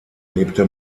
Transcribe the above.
lebte